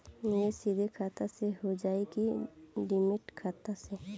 निवेश सीधे खाता से होजाई कि डिमेट खाता से?